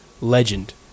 legend